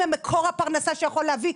עבר כל כך הרבה חודשים.